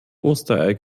osterei